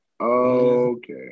Okay